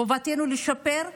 חובתנו לשפר.